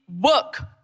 work